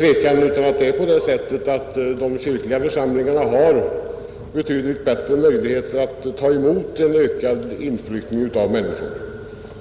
Herr talman! Det är väl inget tvivel om att de kyrkliga kommunerna har betydligt bättre möjligheter att ta emot en ökad inflyttning av människor.